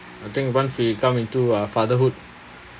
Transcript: I think once we come into uh fatherhood